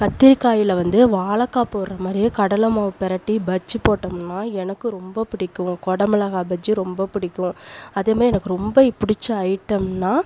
கத்தரிக்காயில் வந்து வாழக்காய் போடுகிற மாதிரியே கடலைமாவு பிரட்டி பஜ்ஜி போட்டோம்னா எனக்கு ரொம்ப பிடிக்கும் கொடமிளகாய் பஜ்ஜி ரொம்ப பிடிக்கும் அதேமாரி எனக்கு ரொம்ப பிடிச்ச ஐட்டம்னால்